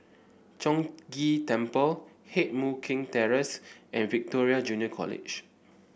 Chong Ghee Temple Heng Mui Keng Terrace and Victoria Junior College